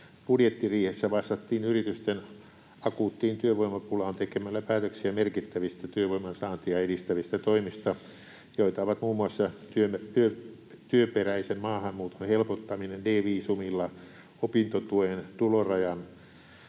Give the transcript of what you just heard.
Budjettiriihessä vastattiin yritysten akuuttiin työvoimapulaan tekemällä päätöksiä merkittävistä työvoiman saantia edistävistä toimista, joita ovat muun muassa työperäisen maahanmuuton helpottaminen D-viisumilla, opintotuen tulorajan